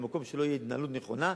במקום שלא תהיה התנהלות נכונה,